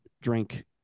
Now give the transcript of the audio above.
drink